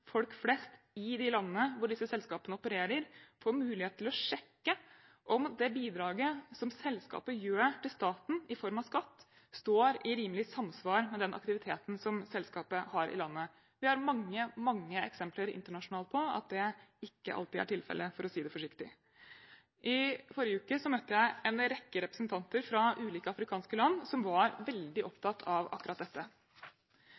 folk flest i de landene hvor disse selskapene opererer, får mulighet til å sjekke om det bidraget som selskapet gir til staten i form av skatt, står i rimelig samsvar med den aktiviteten som selskapet har i landet. Internasjonalt er det mange, mange eksempler på at det ikke alltid er tilfellet – for å si det forsiktig. I forrige uke møtte jeg en rekke representanter fra ulike afrikanske land. De var veldig opptatt av akkurat dette.